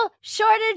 shortage